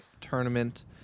tournament